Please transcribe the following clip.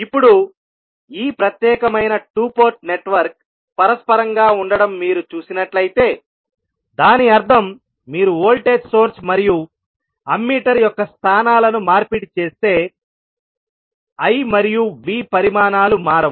ఇప్పుడు ఈ ప్రత్యేకమైన 2 పోర్ట్ నెట్వర్క్ పరస్పరం గా ఉండడం మీరు చూసినట్లయితే దాని అర్థం మీరు వోల్టేజ్ సోర్స్ మరియు అమ్మీటర్ యొక్క స్థానాలను మార్పిడి చేస్తేI మరియు V పరిమాణాలు మారవు